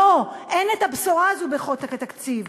לא, הבשורה הזו איננה בחוק התקציב.